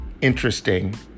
interesting